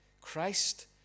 Christ